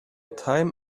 time